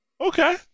Okay